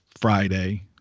Friday